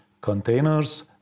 containers